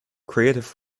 creative